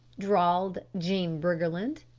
drawled jean briggerland,